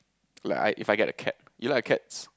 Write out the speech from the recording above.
like I If I get a cat you like cats